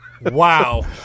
Wow